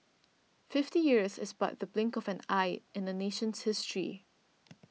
fifty years is but the blink of an eye in a nation's history